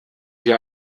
wir